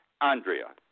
Andrea